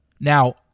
now